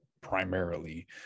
primarily